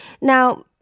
Now